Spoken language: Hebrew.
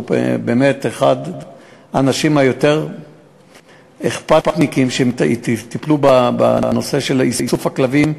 הוא באמת אחד האנשים היותר-אכפתניקים שטיפלו בנושא של איסוף הכלבים,